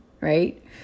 Right